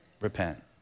Repent